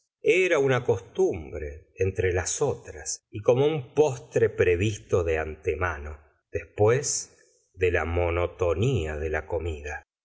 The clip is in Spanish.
era una costumbre entre las otras y como un postre previsto de antemano después de la monotonía de la comida